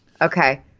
Okay